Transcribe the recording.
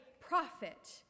prophet